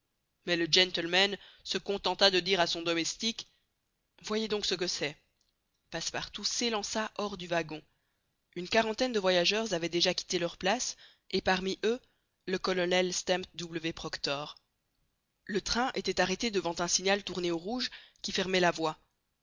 mais le gentleman se contenta de dire à son domestique voyez donc ce que c'est passepartout s'élança hors du wagon une quarantaine de voyageurs avaient déjà quitté leurs places et parmi eux le colonel stamp w proctor le train était arrêté devant un signal tourné au rouge qui fermait la voie